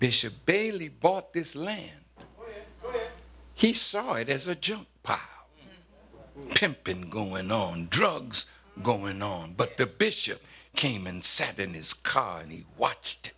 bishop bailey bought this land he saw it as a joke been going on drugs going on but the bishop came and sat in his car and watched